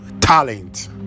talent